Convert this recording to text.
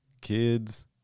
kids